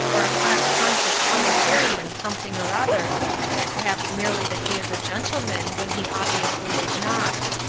or a class-conscious proletarian something or other perhaps merely that he is a gentleman when he obviously is not.